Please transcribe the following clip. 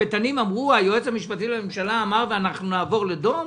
היועץ המשפטי לממשלה אמר ואנחנו נעבור לדום?